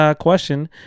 question